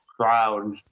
crowd